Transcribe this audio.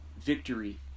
Victory